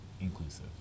inclusive